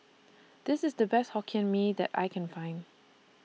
This IS The Best Hokkien Mee that I Can Find